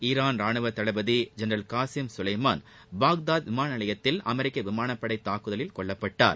Iran ரானுவத் தளபதி general Qasem Soleimani Baghdad விமான நிலையத்தில் அமெரிக்க விமான தாக்குதலில் சுட்டுக் கொல்லப்பட்டார்